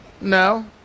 No